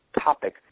topic